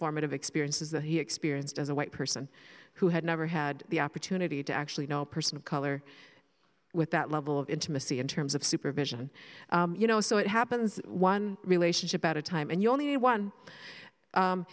formative experience is that he experienced as a white person who had never had the opportunity to actually know a person of color with that level of intimacy in terms of supervision you know so it happens one relationship at a time and you only need one